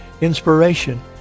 inspiration